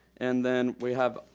and then we have,